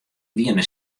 wiene